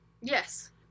yes